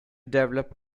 develop